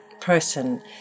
person